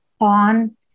on